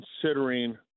considering